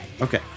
Okay